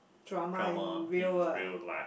trauma in real life